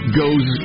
goes